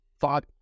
thought